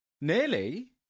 Nearly